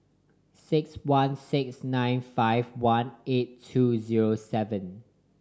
six one six nine five one eight two zero seven